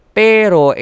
pero